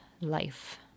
life